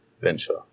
venture